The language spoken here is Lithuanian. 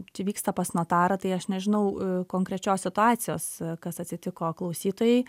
čia vyksta pas notarą tai aš nežinau konkrečios situacijos kas atsitiko klausytojai